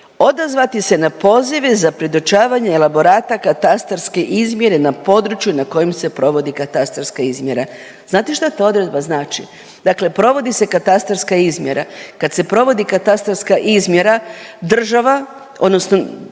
odazvati se na pozive za predočavanje elaborata katastarske izmjere na području na kojem se provodi katastarska izmjera. Znate šta ta odredba znači? Dakle, provodi se katastarska izmjera. Kad se provodi katastarska izmjera država, odnosno